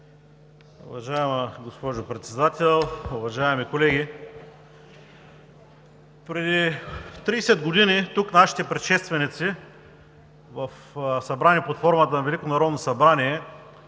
Уважаема госпожо Председател, уважаеми колеги! Преди 30 години тук нашите предшественици, събрани под формата на